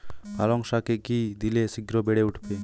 পালং শাকে কি দিলে শিঘ্র বেড়ে উঠবে?